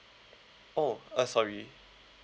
oh uh sorry